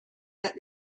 that